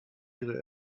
ihre